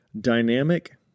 dynamic